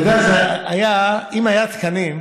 תדע לך, אם היו תקנים,